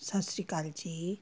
ਸਤਿ ਸ਼੍ਰੀ ਅਕਾਲ ਜੀ